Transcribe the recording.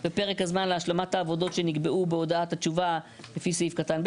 בפרק הזמן להשלמת העבודות שנקבעו בהודעת התשובה לפי סעיף קטן (ב),